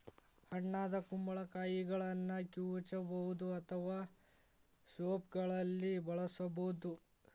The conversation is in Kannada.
ಹಣ್ಣಾದ ಕುಂಬಳಕಾಯಿಗಳನ್ನ ಕಿವುಚಬಹುದು ಅಥವಾ ಸೂಪ್ಗಳಲ್ಲಿ ಬಳಸಬೋದು